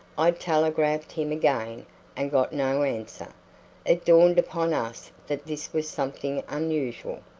i telegraphed him again and got no answer. it dawned upon us that this was something unusual.